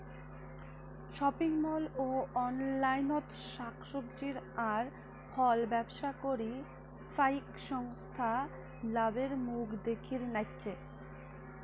shopping mall ও অনলাইনত শাক সবজি আর ফলব্যবসা করি ফাইক সংস্থা লাভের মুখ দ্যাখির নাইগচে